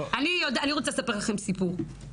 אני רוצה לספר לכם סיפור,